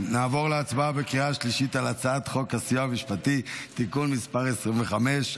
נעבור להצבעה בקריאה שלישית על הצעת חוק הסיוע המשפטי (תיקון מס' 25),